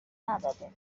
نداده